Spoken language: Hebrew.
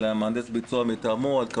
על מהנדס ביצוע מטעמו,